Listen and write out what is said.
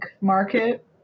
market